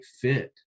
fit